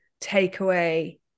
takeaway